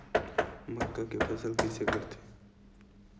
मक्का के फसल कइसे करथे?